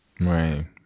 Right